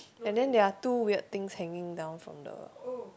and then there are two weird things hanging down from the